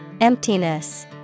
Emptiness